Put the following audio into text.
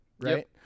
right